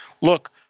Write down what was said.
Look